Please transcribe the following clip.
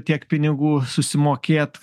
tiek pinigų susimokėt